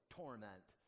torment